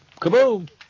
Kaboom